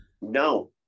No